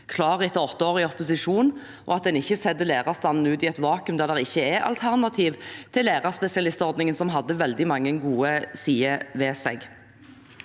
klare etter åtte år i opposisjon, og at en ikke setter lærerstanden i et vakuum der det ikke er et alternativ til lærerspesialistordningen, som hadde veldig mange gode sider ved seg.